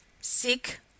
Sick